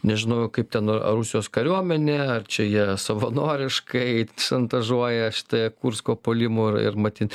nežinau kaip ten rusijos kariuomenė ar čia jie savanoriškai šantažuoja šituo kursko puolimu ir matyt